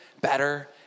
better